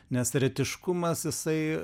nes eretiškumas jisai